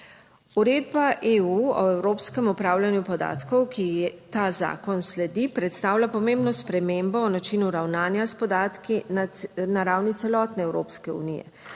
Uredba EU o evropskem upravljanju podatkov, ki ji ta zakon sledi, predstavlja pomembno spremembo v načinu ravnanja s podatki na ravni celotne Evropske unije.